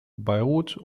beirut